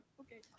Okay